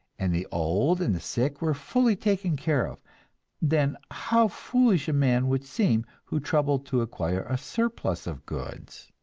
and the old and the sick were fully taken care of then how foolish a man would seem who troubled to acquire a surplus of goods!